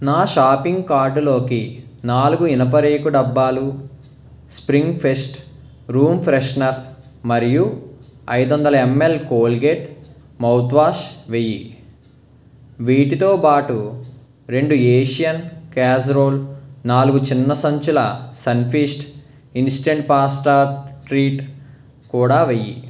నా షాపింగ్ కార్డ్లోకి నాలుగు ఇనప రేకు డబ్బాలు స్ప్రింగ్ ఫెస్ట్ రూమ్ ఫ్రెషనర్ మరియు ఐదొందల ఎంఎల్ కోల్గేట్ మౌత్వాష్ వెయ్యి వీటితో పాటు రెండు ఏషియన్ క్యాస్రోల్ నాలుగు చిన్న సంచుల సన్ఫీస్ట్ ఇన్స్టంట్ పాస్తా ట్రీట్ కూడా వెయ్యి